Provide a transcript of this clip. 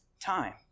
time